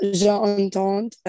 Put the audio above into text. j'entends